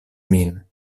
min